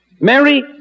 Mary